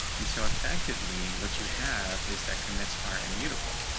and so effectively what you have is that commits are immutable.